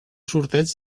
sorteig